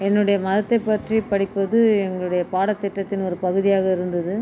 என்னுடைய மதத்தை பற்றி படிப்பது எங்களுடைய பாடத்திட்டத்தின் ஒரு பகுதியாக இருந்தது